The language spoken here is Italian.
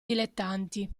dilettanti